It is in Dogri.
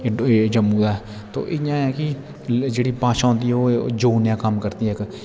ऐ जम्मू दा ऐ ते इ'यां ऐ कि जेह्ड़ी भाशा होंदी ओह् जोड़ने दा कम्म करदी इक